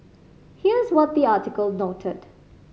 here's what the article noted